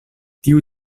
tiu